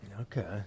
Okay